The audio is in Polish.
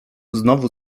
znowu